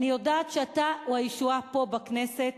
אני יודעת שאתה הוא הישועה פה בכנסת